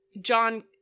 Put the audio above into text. John